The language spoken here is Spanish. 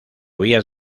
vías